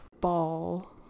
ball